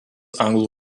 anglų